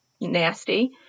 nasty